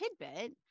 tidbit